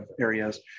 areas